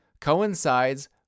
coincides